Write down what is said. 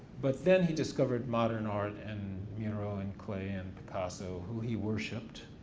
but then he discovered modern art and mural and clay and picasso, who he worshiped,